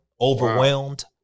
overwhelmed